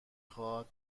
خواد